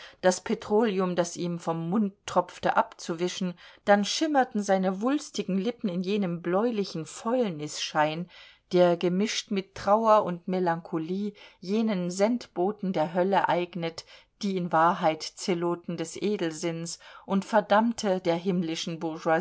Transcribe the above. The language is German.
das petroleum das ihm vom mund tropfte abzuwischen dann schimmerten seine wulstigen lippen in jenem bläulichen fäulnisschein der gemischt mit trauer und melancholie jenen sendboten der hölle eignet die in wahrheit zeloten des edelsinns und verdammte der himmlischen